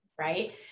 right